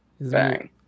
Bang